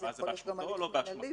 ואז זה באשמתו או לא באשמתו?